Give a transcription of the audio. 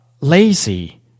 lazy